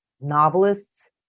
novelists